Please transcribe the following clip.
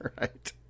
right